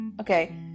okay